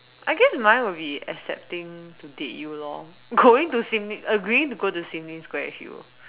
I guess mine will be accepting to date you lor going to Sim-Lim agreeing to go to Sim-Lim Square with you